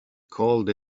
called